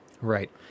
Right